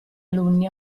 alunni